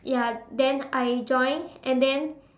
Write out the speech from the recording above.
ya then I join and then